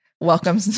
Welcome